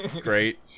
Great